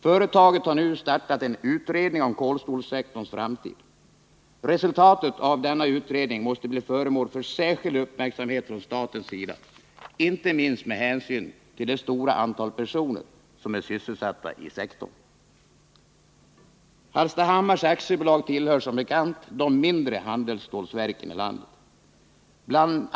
Företaget har nu startat en utredning om kolstålsektorns framtid. Resultatet av denna utredning måste bli föremål för särskild uppmärksamhet från statens sida, inte minst med hänsyn till det stora antal personer 'som är sysselsatta i sektorn. Hallstahammars AB tillhör som bekant de mindre handelsstålverken i landet. Bl.